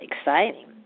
exciting